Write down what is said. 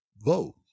vote